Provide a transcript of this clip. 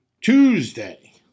Tuesday